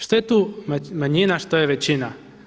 Što je tu manjina a što je većina?